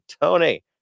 Tony